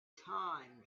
time